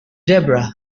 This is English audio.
debra